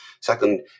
Second